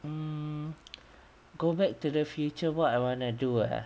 mm go back to the future what I wanna do ah